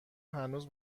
هنوز